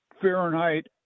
Fahrenheit